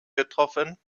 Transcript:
getroffen